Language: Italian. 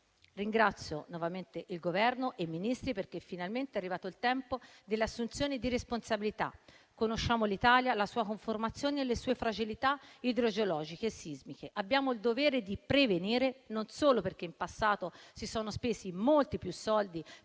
nuovamente il Governo e i Ministri, perché finalmente è arrivato il tempo delle assunzioni di responsabilità. Conosciamo l'Italia, la sua conformazione e le sue fragilità idrogeologiche e sismiche, che abbiamo il dovere di prevenire, e non solo perché in passato si sono spesi molti più soldi